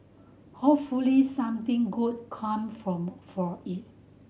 hopefully something good come from for it